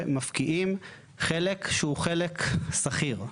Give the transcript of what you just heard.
שמפקיעים חלק שהוא חלק סחיר.